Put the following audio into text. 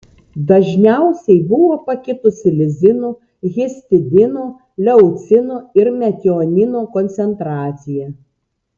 dažniausiai buvo pakitusi lizino histidino leucino ir metionino koncentracija